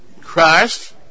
Christ